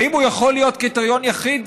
האם הוא יכול להיות קריטריון יחיד?